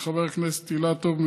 של חבר הכנסת אילטוב,